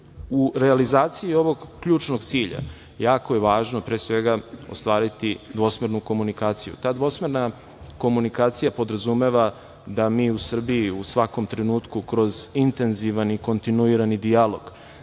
realizaciji ovog ključnog cilja, jako je važno pre svega, ostvariti dvosmernu komunikaciju. Ta dvosmerna komunikacija podrazumeva, da mi u Srbiji u svakom trenutku kroz intenzivan i kontinuirani dijalog